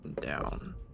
down